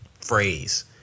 phrase